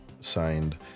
signed